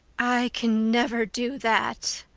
i can never do that,